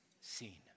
Seen